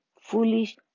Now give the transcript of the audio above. foolish